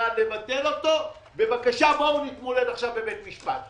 במשרד לבטל אותו ובבקשה בואו נתמודד עכשיו בבית המשפט.